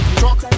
truck